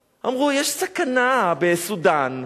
אמרו: יש סכנה בסודן.